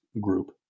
group